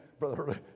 Brother